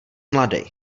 mladej